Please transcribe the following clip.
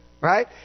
right